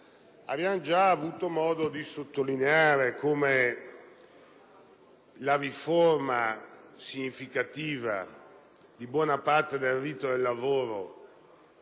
Abbiamo già avuto modo di sottolineare che la riforma, significativa, di buona parte del rito del lavoro